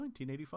1985